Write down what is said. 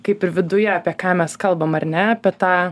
kaip ir viduje apie ką mes kalbam ar ne apie tą